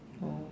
oh